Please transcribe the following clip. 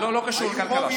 היה רוב יהודי,